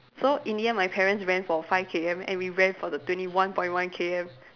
so in the end my parents ran for five K_M and we ran for the twenty one point one K_M